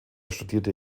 studierte